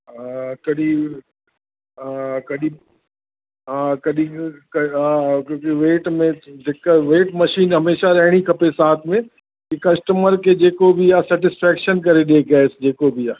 हा कॾहिं कॾहिं हा कॾहिं हा हा क्योंकि वेट में दिक़त वेट मशीन हमेशा रहिणी खपे साथ में की कस्टमर खे जेको बि आहे सेटिसफेक्शन करे ॾिए गैस जेको बि आहे